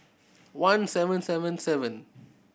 one seven seven seven